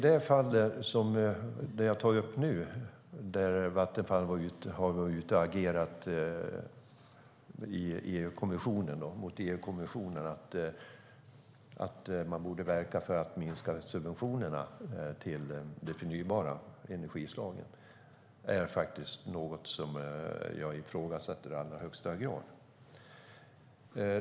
Det fall som jag tar upp nu, där Vattenfall har agerat mot EU-kommissionen när det gäller att man borde verka för att minska subventionerna till de förnybara energislagen, är något som jag ifrågasätter i allra högsta grad.